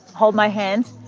hold my hands.